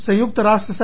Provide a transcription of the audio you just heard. संयुक्त राष्ट्र संघ